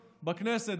בכנסת,